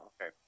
okay